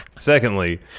Secondly